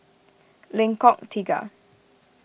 Lengkok Tiga